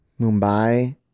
Mumbai